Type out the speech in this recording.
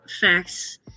facts